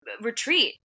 retreat